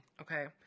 Okay